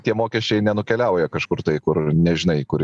tie mokesčiai nenukeliauja kažkur tai kur nežinai kur